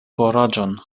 kuraĝon